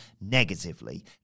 negatively